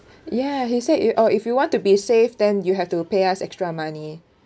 ya he said you it oh if you want to be safe then you have to pay us extra money